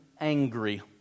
angry